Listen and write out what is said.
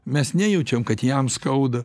mes nejaučiam kad jam skauda